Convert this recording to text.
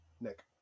Nick